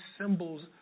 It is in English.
symbols